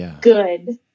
good